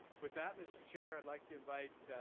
with that, mr. chair, i'd like to invite,